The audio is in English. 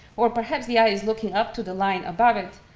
or perhaps the eye is looking up to the line above it,